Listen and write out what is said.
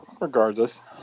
regardless